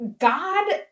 God